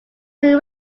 two